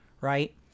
right